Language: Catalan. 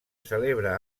celebra